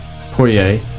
Poirier